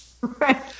Right